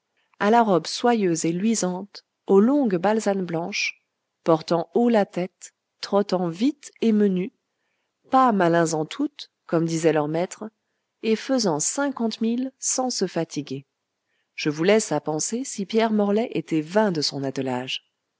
à la robe soyeuse et luisante aux longues balsanes blanches portant haut la tête trottant vite et menu pas malins en toute comme disait leur maître et faisant cinquante milles sans se fatiguer je vous laisse à penser si pierre morlaix était vain de son attelage